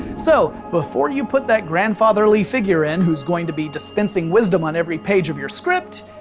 so before you put that grandfatherly figure in who's going to be dispensing wisdom on every page of your script,